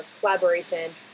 collaboration